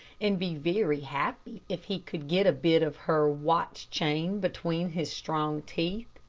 and be very happy if he could get a bit of her watch-chain between his strong teeth.